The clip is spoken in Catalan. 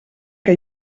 que